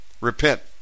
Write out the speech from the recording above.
Repent